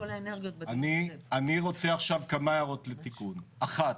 אני רוצה עכשיו כמה הערות לתיקון אחת,